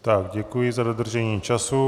Tak děkuji za dodržení času.